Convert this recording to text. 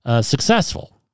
successful